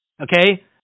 okay